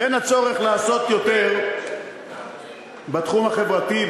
בין הצורך לעשות יותר בתחום החברתי,